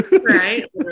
right